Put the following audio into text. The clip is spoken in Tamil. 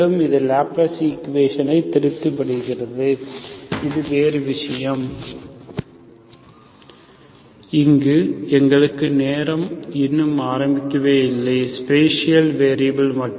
இது லாப்லேஸ் ஈக்குவேஷனை திருப்திப்படுத்துகிறது இது வேறு விஷயம் இங்கு எங்களுக்கு நேரம் இன்னும் ஆரம்பிக்கவே இல்லை ஸ்பேசியல் வேரியபில் மட்டுமே